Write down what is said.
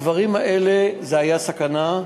הדברים האלה, זה היה סכנה.